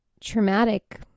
traumatic